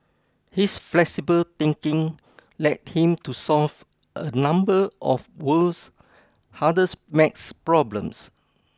his flexible thinking led him to solve a number of world's hardest math problems